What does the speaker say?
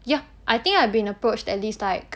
ya I think I've been approached at least like